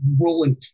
rolling